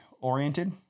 oriented